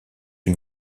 une